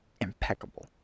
impeccable